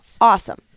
Awesome